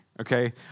okay